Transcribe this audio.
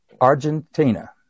argentina